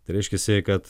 tai reiškiasi kad